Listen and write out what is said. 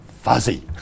Fuzzy